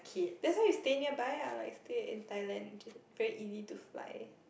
that's why you stay nearby lah like stay in Thailand very easy to fly